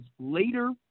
later